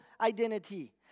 identity